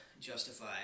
justify